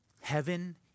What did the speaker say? heaven